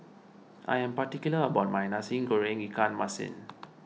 I am particular about my Nasi Goreng Ikan Masin